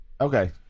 Okay